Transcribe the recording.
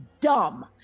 dumb